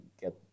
get